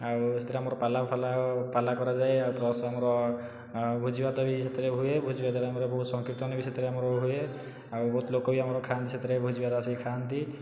ଆଉ ସେଥିରେ ଆମର ପାଲା ଫାଲା ପାଲା କରାଯାଏ ପ୍ଲସ ଆମର ଭୋଜିଭାତ ବି ସେଥିରେ ହୁଏ ଭୋଜିଭାତରେ ଆମର ବହୁତ ସଂକୀର୍ତ୍ତନ ବି ସେଥିରେ ଆମର ହୁଏ ଆଉ ବହୁତ ଲୋକ ବି ଆମର ଖାଆନ୍ତି ସେଥିରେ ଭୋଜିଭାତ ଆସି ଖାଆନ୍ତି